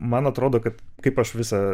man atrodo kad kaip aš visą